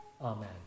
Amen